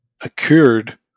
occurred